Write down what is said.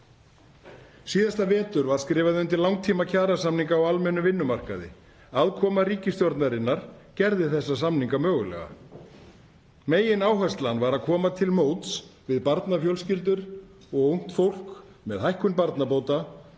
Síðasta vetur var skrifað undir langtímakjarasamninga á almennum vinnumarkaði. Aðkoma ríkisstjórnarinnar gerði þessa samninga mögulega. Megináherslan var á að koma til móts við barnafjölskyldur og ungt fólk með hækkun barnabóta,